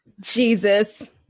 Jesus